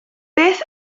beth